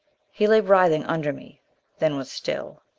he lay writhing under me then was still.